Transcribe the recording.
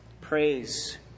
Praise